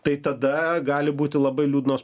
tai tada gali būti labai liūdnos